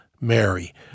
Mary